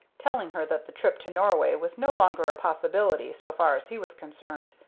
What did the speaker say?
telling her that the trip to norway was no longer a possibility, so far as he was concerned.